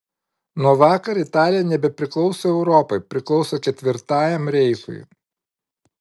nuo vakar italija nebepriklauso europai priklauso ketvirtajam reichui